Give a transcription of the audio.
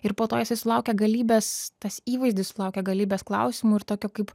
ir po to jisai sulaukė galybės tas įvaizdis sulaukė galybės klausimų ir tokio kaip